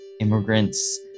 immigrants